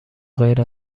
غیر